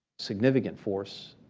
significant force